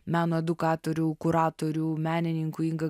meno edukatorių kuratorių menininkų inga